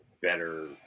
better